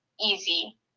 easy